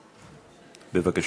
בבקשה.